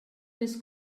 més